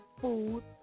food